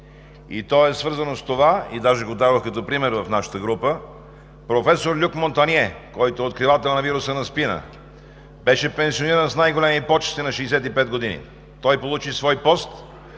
доктор Грозданова, и дори го дадох като пример в нашата група – професор Люк Монтание, който е откривател на вируса на СПИН, беше пенсиониран с най-големи почести на 65 години. Той получи свой пост